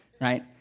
right